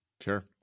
Sure